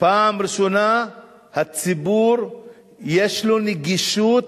פעם ראשונה שלציבור יש נגישות